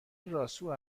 راسو